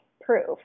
proof